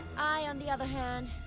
i, on the other hand,